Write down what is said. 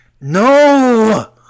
No